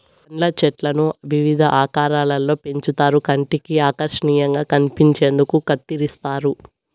పండ్ల చెట్లను వివిధ ఆకారాలలో పెంచుతారు కంటికి ఆకర్శనీయంగా కనిపించేందుకు కత్తిరిస్తారు